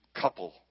couple